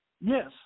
Yes